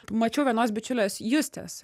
mačiau vienos bičiulės justės